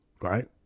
right